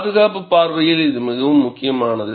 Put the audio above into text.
பாதுகாப்பு பார்வையில் இது மிகவும் முக்கியமானது